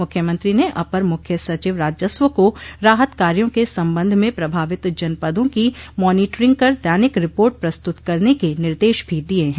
मुख्यमंत्री ने अपर मुख्य सचिव राजस्व को राहत काया के संबंध में प्रभावित जनपदों की मॉनीटरिंग कर दैनिक रिपोर्ट प्रस्तुत करने के निर्देश भी दिये हैं